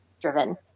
driven